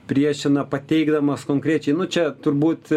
priešina pateikdamas konkrečiai nu čia turbūt